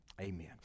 Amen